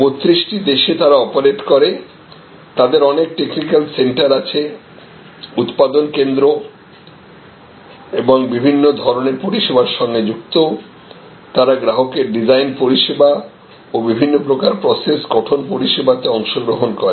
32 দেশে তারা অপারেট করে তাদের অনেক টেকনিক্যাল সেন্টার আছেউৎপাদন কেন্দ্র এবং বিভিন্ন ধরনের পরিষেবার সঙ্গে যুক্ত তারা গ্রাহকের ডিজাইন পরিষেবা ও বিভিন্ন প্রকার প্রসেস গঠন পরিষেবাতে অংশগ্রহণ করে